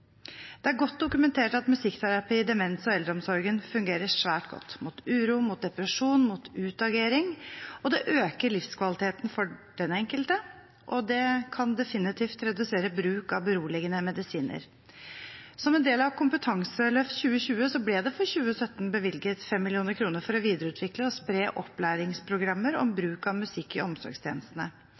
Det er godt dokumentert at musikkterapi i demens- og eldreomsorgen fungerer svært godt, mot uro, mot depresjon og mot utagering. Det øker livskvaliteten for den enkelte, og det kan definitivt redusere bruk av beroligende medisiner. Som en del av Kompetanseløft 2020 ble det for 2017 bevilget 5 mill. kr for å videreutvikle og spre opplæringsprogrammer om bruk av musikk i omsorgstjenestene.